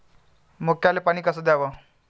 मक्याले पानी कस द्याव?